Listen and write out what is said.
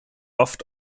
oft